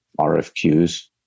RFQs